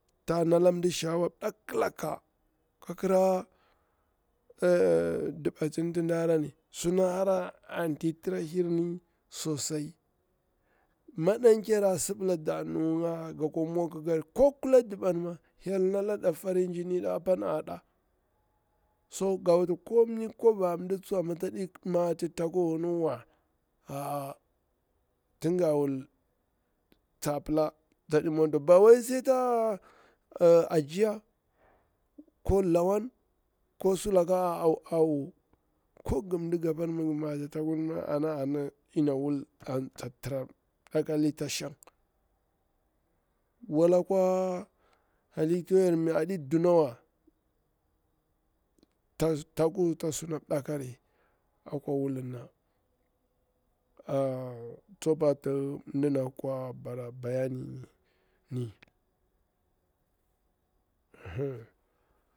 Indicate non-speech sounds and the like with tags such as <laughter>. Toh nala mɗi shaawa laka ka kira'a <hesitation> ɗibatini tin harafu, suna hara anti tira hir sosai. Maɗanker a sibila nda nu nga ga kwa mwakika ri, ko kula ɗi ban ma, hyel ƙi nalɗan farin jinin da apan aɗam so ga wuti komi kwaba mɗi tsuwa amma tsaɗi mati takuwa aa tin nga wul tsa pila tsaɗi mwanti wa, ba wai sai ta ajiya ko lawan ko sulaka wa awo, ko gi mdigapani mi ngir mati taku ana yana wul mi ngi mati takur nga ka yana wut mdakali ta shang. Wala kwa halikta yori mi aɗi dunawa taku tsa suna mdakori, akuwa wulirna, a a tsopa tii ndana kwa bara bayyani min, <hesitation>